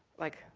like,